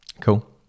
cool